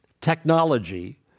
technology